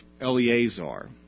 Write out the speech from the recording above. Eleazar